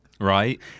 Right